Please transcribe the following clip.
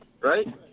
Right